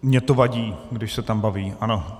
Mně to vadí, když se tam baví, ano.